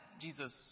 Jesus